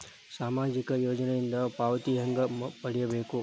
ಸಾಮಾಜಿಕ ಯೋಜನಿಯಿಂದ ಪಾವತಿ ಹೆಂಗ್ ಪಡಿಬೇಕು?